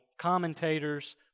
commentators